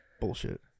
Bullshit